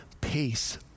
peace